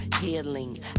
healing